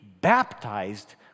baptized